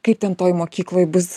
kaip ten toj mokykloj bus